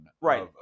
right